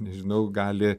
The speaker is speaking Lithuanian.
nežinau gali